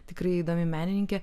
tikrai įdomi menininkė